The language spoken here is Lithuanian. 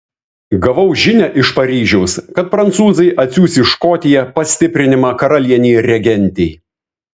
gavau žinią iš paryžiaus kad prancūzai atsiųs į škotiją pastiprinimą karalienei regentei